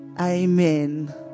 Amen